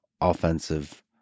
offensive